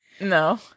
No